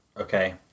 okay